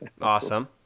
Awesome